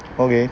okay